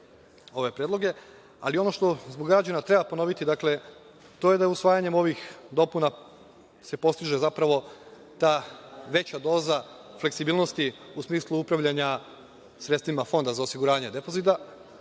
ono što zbog građana treba ponoviti, to je da usvajanjem ovih dopuna se postiže zapravo ta veća doza fleksibilnosti u smislu upravljanja sredstvima za osiguranje depozita,